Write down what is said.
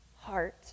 heart